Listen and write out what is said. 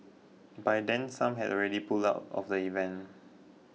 by then some had already pulled out of the event